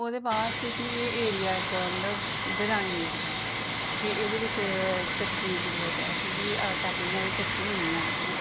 ओह्दे बाच कि एरिया इक मतलब ग्राईं एरिया ऐ के एह्दे बिच चक्की दी जरूरी ऐ की के आटा पीह्ने आह्ली चक्की नेईं ऐ इत्थै